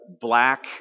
black